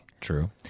True